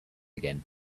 again